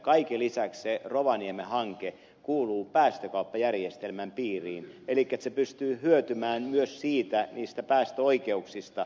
kaiken lisäksi se rovaniemen hanke kuuluu päästökauppajärjestelmän piiriin elikkä se pystyy hyötymään myös niistä päästöoikeuksista